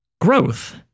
Growth